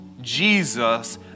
Jesus